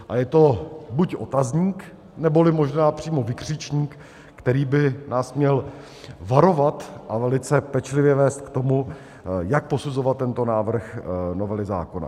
A je to buď otazník, nebo i možná přímo vykřičník, který by nás měl varovat a velice pečlivě vést k tomu, jak posuzovat tento návrh novely zákona.